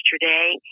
Yesterday